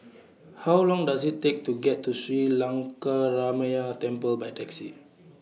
How Long Does IT Take to get to Sri Lankaramaya Temple By Taxi